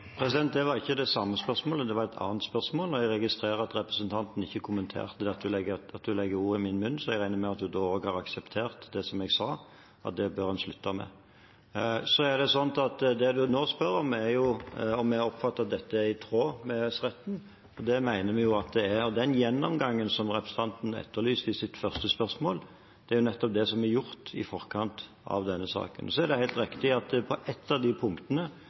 Det var ikke det samme spørsmålet, det var et annet spørsmål, og jeg registrerer at representanten ikke kommenterte at hun legger ord i min munn, så jeg regner med at hun da også har akseptert det jeg sa, at det bør en slutte med. Det representanten nå spør om, er om jeg har oppfattet at dette er i tråd med EØS-retten, og det mener vi at det er. Den gjennomgangen som representanten etterlyste i sitt første spørsmål, er nettopp det som er gjort i forkant av denne saken. Så er det helt riktig at på ett av de punktene